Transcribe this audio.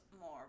more